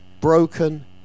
Broken